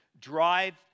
drive